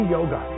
Yoga